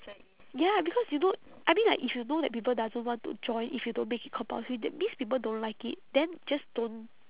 ya because you know I mean like if you know that people doesn't want to join if you don't make it compulsory that means people don't like it then just don't